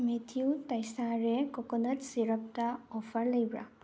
ꯃꯩꯊꯤꯌꯨ ꯇꯩꯁꯥꯔꯦ ꯀꯣꯀꯣꯅꯠ ꯁꯦꯔꯞꯇ ꯑꯣꯐ꯭ꯔ ꯂꯩꯕ꯭ꯔꯥ